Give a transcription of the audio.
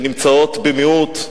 שנמצאות במיעוט,